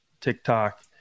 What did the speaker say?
TikTok